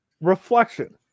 reflection